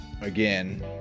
again